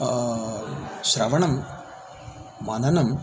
श्रवणं मननं